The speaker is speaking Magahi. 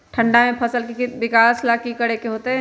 ठंडा में फसल के विकास ला की करे के होतै?